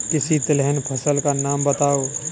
किसी तिलहन फसल का नाम बताओ